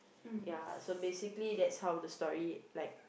ya so basically that's how the story like